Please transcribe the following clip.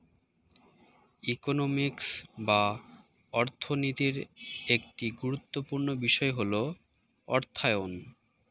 economics বা অর্থনীতির একটি গুরুত্বপূর্ণ বিষয় হল অর্থায়ন